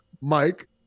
Mike